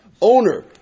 owner